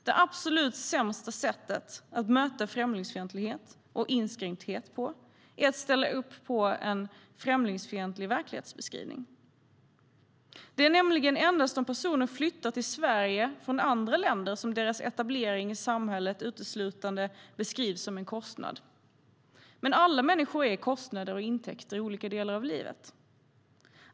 Det absolut sämsta sättet att möta främlingsfientlighet och inskränkthet på är att ställa upp på en främlingsfientlig verklighetsbeskrivning. Det är nämligen endast om personer flyttar till Sverige från andra länder som deras etablering i samhället uteslutande beskrivs som en kostnad. Men alla människor är kostnader och intäkter i olika delar av livet.